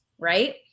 Right